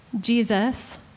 Jesus